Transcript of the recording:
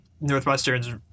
Northwestern's